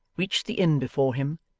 reached the inn before him,